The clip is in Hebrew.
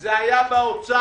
זה היה באוצר.